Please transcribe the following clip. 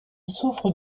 souffre